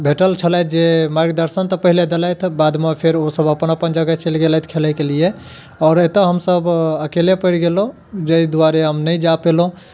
भेटल छलथि जे मार्गदर्शन तऽ पहले देलथि बादमे फेर ओसब अपन अपन जगह चलि गेलथि खेले के लिए आओर एतऽ हमसब अकेले परि गेलहुॅं जाहि दुआरे हम नहि जा पेलहुॅं